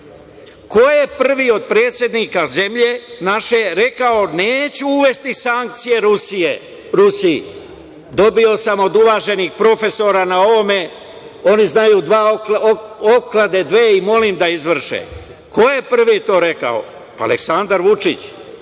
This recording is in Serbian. ko je prvi od predsednika zemlje naše rekao – neću uvesti sankcije Rusiji? Dobio sam od uvaženih profesora na ovome, oni znaju, dve opklade dve i molim da izvrše. Ko je prvi to rekao? Pa Aleksandar Vučić.